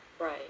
Right